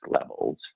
levels